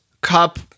Cup